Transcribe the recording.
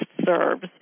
serves